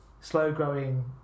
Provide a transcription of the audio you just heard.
slow-growing